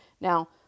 Now